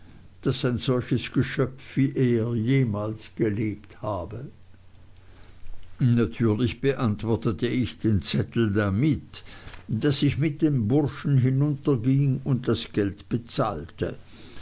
daß ein solches geschöpf wie er jemals gelebt habe natürlich beantwortete ich den zettel damit daß ich mit dem burschen hinunterging und das geld bezahlte